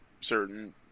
certain